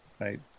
Right